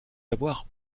avoir